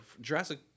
Jurassic